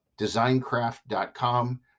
designcraft.com